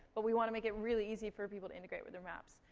but we wanna make it really easy for people to integrate with their maps.